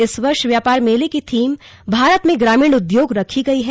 इस वर्ष व्यापार मेले की थीम भारत में ग्रामीण उद्योग रखी गयी है